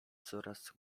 coraz